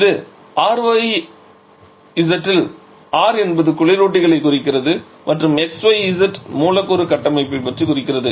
இது Rxyz இல் R என்பது குளிரூட்டிகளைக் குறிக்கிறது மற்றும் xyz மூலக்கூறு கட்டமைப்பைப் பற்றி குறிக்கிறது